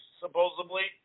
supposedly